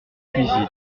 cuisine